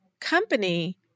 company